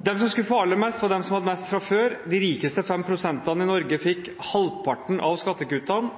De som skulle få aller mest, var de som hadde mest fra før. De rikeste 5 pst. i Norge fikk halvparten av skattekuttene,